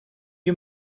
you